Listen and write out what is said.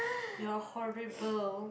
you're horrible